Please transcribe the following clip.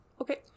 okay